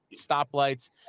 stoplights